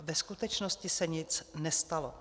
Ve skutečnosti se nic nestalo.